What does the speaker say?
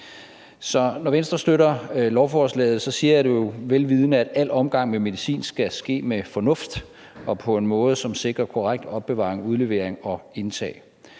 når Venstre støtter lovforslaget, siger jeg det jo vel vidende, at al omgang med medicin skal ske med fornuft og på en måde, som sikrer korrekt opbevaring, udlevering og indtag.